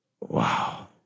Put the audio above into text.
Wow